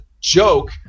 joke